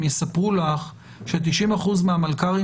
הם יספרו לך ש-90 אחוזים מהמלכ"רים